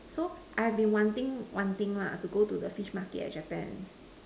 so I have been wanting wanting lah to go to the fish Market in Japan